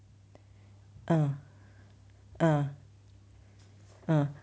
ah ah ah